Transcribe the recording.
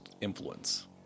influence